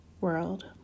world